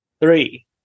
three